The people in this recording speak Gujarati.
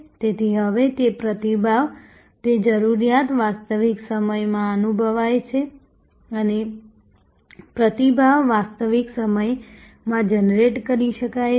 તેથી હવે તે પ્રતિભાવ તે જરૂરિયાત વાસ્તવિક સમયમાં અનુભવાય છે અને પ્રતિભાવ વાસ્તવિક સમયમાં જનરેટ કરી શકાય છે